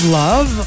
love